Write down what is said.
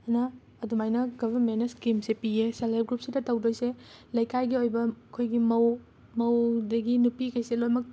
ꯍꯥꯏꯅ ꯑꯗꯨꯃꯥꯏꯅ ꯒꯕꯃꯦꯟꯅ ꯁ꯭ꯀꯤꯝꯁꯦ ꯄꯤꯌꯦ ꯁꯦꯜ ꯍꯦꯜꯞ ꯒ꯭ꯔꯨꯞꯁꯤꯗ ꯇꯧꯗꯣꯏꯁꯦ ꯂꯩꯀꯥꯏꯒꯤ ꯑꯣꯏꯕ ꯑꯩꯈꯣꯏꯒꯤ ꯃꯧ ꯃꯧꯗꯒꯤ ꯅꯨꯄꯤꯈꯩꯁꯦ ꯂꯣꯏꯅꯃꯛ